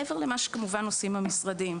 מעבר למה שכמובן עושים במשרדים,